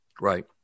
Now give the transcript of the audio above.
Right